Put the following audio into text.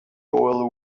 oil